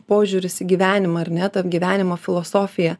požiūris į gyvenimą ar ne ta gyvenimo filosofija